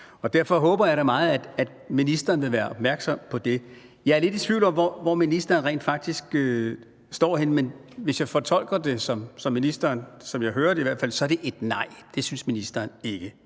Derfor håber jeg da meget, at ministeren vil være opmærksom på det. Jeg er lidt i tvivl om, hvor ministeren rent faktisk står henne. Men som jeg fortolker det, jeg i hvert fald hører, så er det et nej, altså at det synes ministeren ikke.